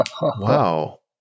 wow